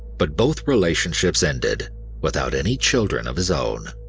but both relationships ended without any children of his own.